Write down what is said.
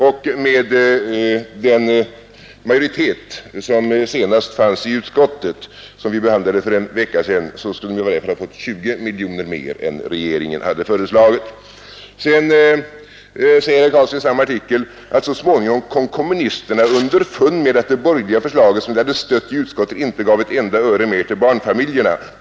Och med den majoritet som senast fanns i utskottet, då vi behandlade frågan för en vecka sedan, skulle de i varje fall fått 20 miljoner mer än regeringen hade föreslagit. Sedan säger herr Karlsson i samma artikel att så småningom kom kommunisterna ”underfund med att det borgerliga förslaget, som de hade stött i utskottet, inte gav ett enda öre mer till barnfamiljerna.